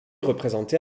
représentée